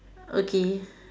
okay